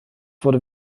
wurde